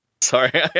sorry